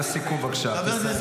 לסיכום, בבקשה.